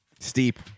Steep